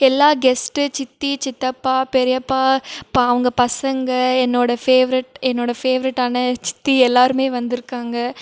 எல்லா கெஸ்ட்டு சித்தி சித்தப்பா பெரியப்பா ப அவங்க பசங்க என்னோடய ஃபேவரெட் என்னோடய ஃபேவரெட்டான சித்தி எல்லோருமே வந்திருக்காங்க